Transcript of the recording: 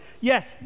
Yes